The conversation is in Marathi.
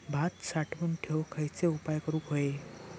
भात साठवून ठेवूक खयचे उपाय करूक व्हये?